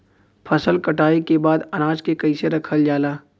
फसल कटाई के बाद अनाज के कईसे रखल जाला?